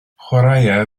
chwaraea